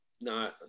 No